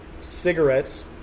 cigarettes